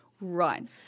run